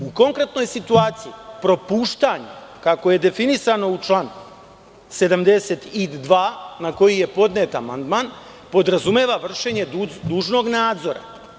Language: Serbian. U konkretnoj situaciji propuštanje, kako je definisano u članu 72. na koji je podnet amandman, podrazumeva vršenje dužnog nadzora.